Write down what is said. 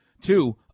two